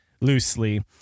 loosely